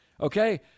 okay